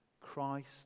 Christ